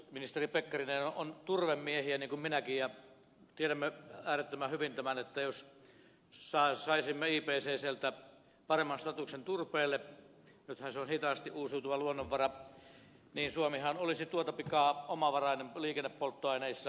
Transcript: ministeri pekkarinen on turvemiehiä niin kuin minäkin ja tiedämme äärettömän hyvin että jos saisimme ipccltä paremman statuksen turpeelle nythän se on hitaasti uusiutuva luonnonvara niin suomihan olisi tuota pikaa omavarainen liikennepolttoaineissa